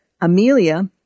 Amelia